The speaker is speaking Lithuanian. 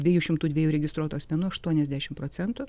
dviejų šimtų dviejų registruotų asmenų aštuoniasdešim procentų